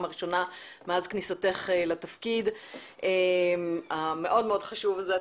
הראשונה מאז כניסתך לתפקיד המאוד מאוד חשוב הזה.